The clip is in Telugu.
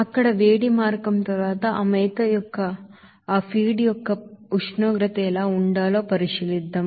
అక్కడ హీట్ ఎక్సచంగెర్ తర్వాత ఆ మేత యొక్క ఉష్ణోగ్రత ఎలా ఉండాలో పరిశీలిద్దాం